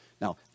Now